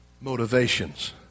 motivations